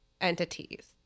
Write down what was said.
entities